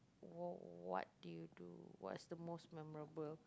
what what did you do what's the most memorable